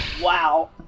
Wow